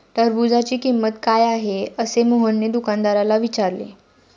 टरबूजाची किंमत काय आहे असे मोहनने दुकानदाराला विचारले?